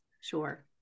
Sure